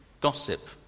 gossip